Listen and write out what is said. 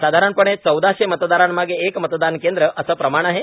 साधारणपणे चौदाशे मतदारांमागे एक मतदान केंद्र असं प्रमाण आहे